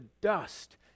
dust